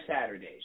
Saturdays